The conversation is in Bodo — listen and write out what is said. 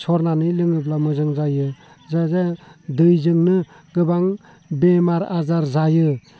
सरनानै लोङोब्ला मोजां जायो दा जों दैजोंनो गोबां बेमार आजार जायो